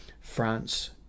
France